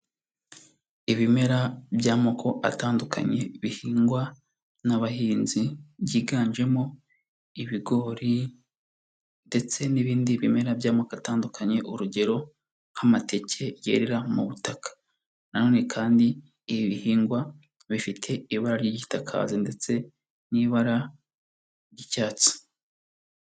Ibimera by'amoko atandukanye bihingwa n'abahinzi, byiganjemo ibigori ndetse n'ibindi bimera by'amoko atandukanye urugero nk'amateke yerera mu butaka na none kandi ibi bihingwa bifite ibara ry'igitakazi ndetse n'ibara ry'icyatsi.